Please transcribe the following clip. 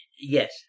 yes